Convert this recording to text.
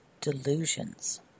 delusions